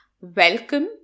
welcome